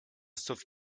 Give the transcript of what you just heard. sauve